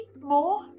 more